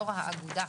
יו"ר האגודה.